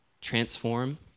transform